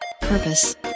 purpose